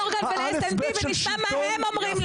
מורגן ול-NSP ותשמע מה הם אומרים,